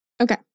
okay